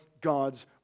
God's